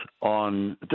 on